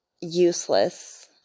useless